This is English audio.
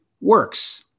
works